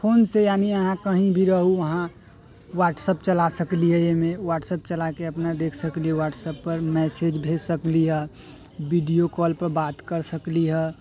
फोनसँ यानी अहाँ कहीँ भी रहू अहाँ वाट्सऐप चला सकलिए एहिमे वाट्सऐप चलाके अपना देख सकली वाट्सऐपपर मैसेज भेज सकली हँ वीडिओ कॉलपर बात करि सकली हँ